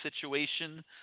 situation